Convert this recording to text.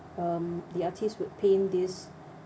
um the artists would paint this